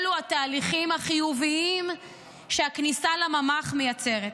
אלו התהליכים החיוביים שהכניסה לממ"ח מייצרת.